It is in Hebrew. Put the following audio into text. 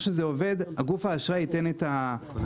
איך שזה עובד: גוף האשראי יתן את האשראי,